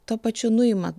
tuo pačiu nuima